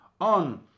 on